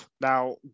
Now